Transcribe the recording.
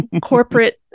corporate